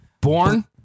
Born